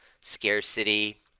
scarcity